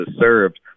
served